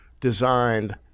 designed